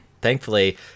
thankfully